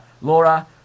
Laura